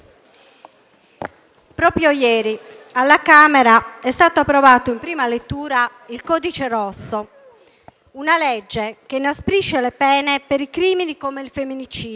proprio ieri alla Camera è stato approvato in prima lettura il codice rosso, una legge che inasprisce le pene per i crimini come il femminicidio,